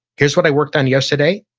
here's what i worked on yesterday,